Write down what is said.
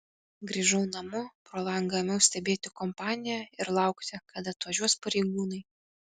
grįžau namo pro langą ėmiau stebėti kompaniją ir laukti kada atvažiuos pareigūnai